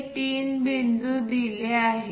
हे तीन बिंदू दिले आहेत